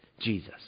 Jesus